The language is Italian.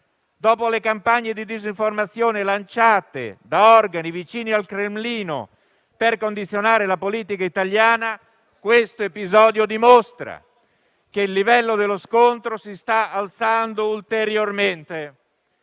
Dopo le campagne di disinformazione lanciate da organi vicini al Cremlino, per condizionare la politica italiana, questo episodio dimostra che il livello dello scontro si sta alzando ulteriormente.